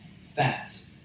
Fat